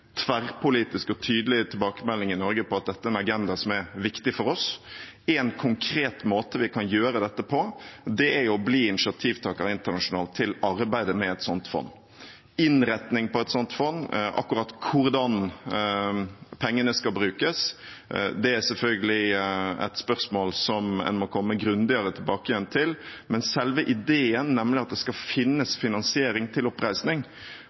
tverrpolitisk og tydelig tilbakemelding i Norge på at dette er en agenda som er viktig for oss. En konkret måte vi kan gjøre dette på, er å bli initiativtaker internasjonalt i arbeidet med et slikt fond. Innretningen på et slikt fond, akkurat hvordan pengene skal brukes, er selvfølgelig et spørsmål som man må komme grundigere tilbake til. Men selve ideen, nemlig at det skal finnes finansiering til oppreisning,